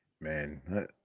Man